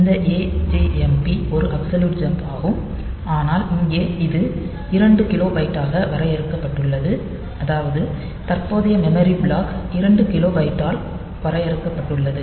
இந்த AJMP ஒரு absolute jump ஆகும் ஆனால் இங்கே இது 2 கிலோபைட்டாக வரையறுக்கப்பட்டுள்ளது அதாவது தற்போதைய மெமரி பிளாக் 2 கிலோபைட்டால் வரையறுக்கப்பட்டுள்ளது